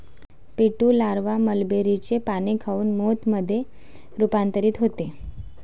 Pintu larva मलबेरीचे पाने खाऊन मोथ मध्ये रूपांतरित होते